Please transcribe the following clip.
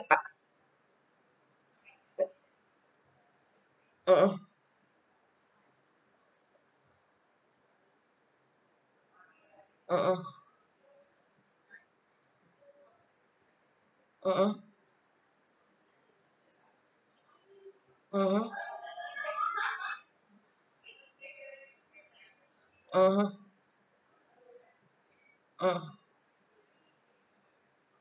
mmhmm mmhmm mmhmm mmhmm mmhmm mm